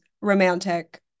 romantic